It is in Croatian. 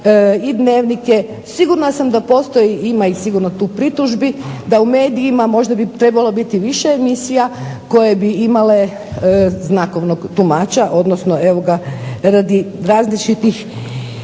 i Dnevnike. Sigurna sam da postoji ima i tu sigurno pritužbi da u medijima možda bi trebalo biti više emisija koje bi imale znakovnog tumača, odnosno radi različitih